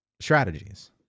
strategies